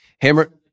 Hammer